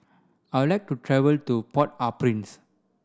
I would like to travel to Port au Prince